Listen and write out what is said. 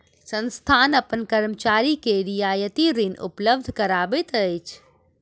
संस्थान अपन कर्मचारी के रियायती ऋण उपलब्ध करबैत अछि